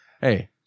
Hey